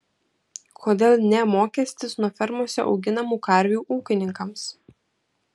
kodėl ne mokestis nuo fermose auginamų karvių ūkininkams